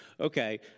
Okay